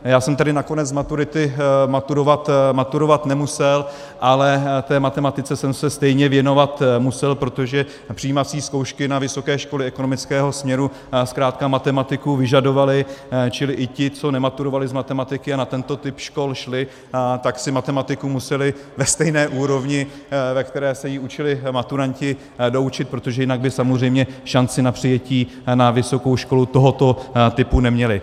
Já jsem nakonec z matematiky maturovat nemusel, ale matematice jsem se stejně věnovat musel, protože přijímací zkoušky na vysoké školy ekonomického směru zkrátka matematiku vyžadovaly, čili i ti, co nematurovali z matematiky a na tento typ škol šli, tak se matematiku museli ve stejné úrovni, ve které se ji učili maturanti, doučit, protože jinak by samozřejmě šanci na přijetí na vysokou školu tohoto typu neměli.